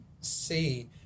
see